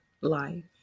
life